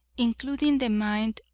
including the mind,